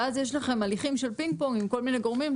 ואז יש לכם הליכים של פינג-פונג עם כל מיני גורמים,